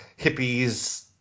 hippies